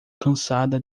cansada